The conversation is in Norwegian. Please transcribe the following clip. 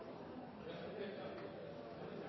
respektert